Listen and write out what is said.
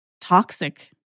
toxic